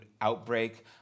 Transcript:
outbreak